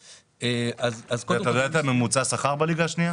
אתה יודע את ממוצע השכר בליגה השנייה?